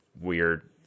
weird